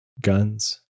guns